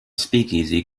speakeasy